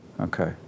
Okay